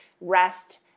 rest